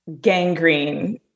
Gangrene